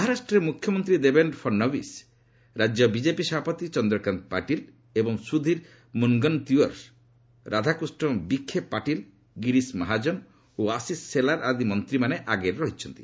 ମହରାଷ୍ଟ୍ରରେ ମୁଖ୍ୟମନ୍ତ୍ରୀ ଦେବେନ୍ଦ୍ର ଫଡ୍ନବୀସ ରାଜ୍ୟ ବିକେପି ସଭାପତି ଚନ୍ଦ୍ରକାନ୍ତ ପାଟିଲ୍ ଏବଂ ସୁଧୀର ମୁନ୍ଗନ୍ ତିଓ୍ୱର୍ ରାଧାକୃଷ୍ଣ ବିଖେ ପାଟିଲ୍ ଗିରୀଶ ମହାଜନ୍ ଓ ଆଶିଷ୍ ସେଲାର ଆଦି ମନ୍ତ୍ରୀମାନେ ଆଗରେ ରହିଛନ୍ତି